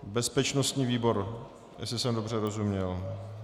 Bezpečnostní výbor, jestli jsem vám dobře rozuměl.